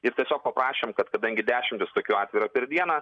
ir tiesiog prašėm kad kadangi dešimtys tokių atvejų yra per dieną